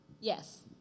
Yes